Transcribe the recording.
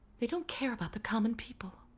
they don't care about the common people.